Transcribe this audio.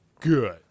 good